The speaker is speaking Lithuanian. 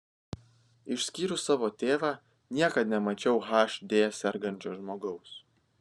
išskyrus savo tėvą niekad nemačiau hd sergančio žmogaus